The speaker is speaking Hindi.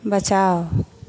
बचाओ